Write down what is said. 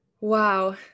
Wow